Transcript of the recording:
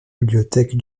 bibliothèque